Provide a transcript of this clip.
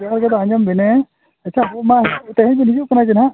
ᱪᱮᱫ ᱞᱟᱹᱭ ᱠᱮᱫᱟ ᱟᱸᱡᱚᱢ ᱵᱤᱱ ᱟᱪᱪᱷᱟ ᱚᱱᱟ ᱛᱮᱦᱮᱧ ᱵᱤᱱ ᱦᱤᱡᱩᱜ ᱠᱟᱱᱟ ᱡᱮ